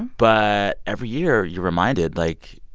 but every year, you're reminded, like,